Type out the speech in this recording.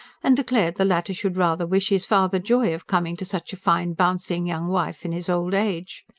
and declared the latter should rather wish his father joy of coming to such a fine, bouncing young wife in his old age.